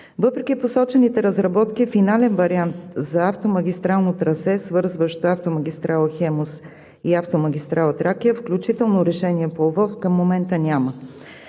Въпреки посочените разработки, финален вариант за автомагистралното трасе, свързващо автомагистрала „Хемус“ и автомагистрала „Тракия“, включително решение по ОВОС към момента няма.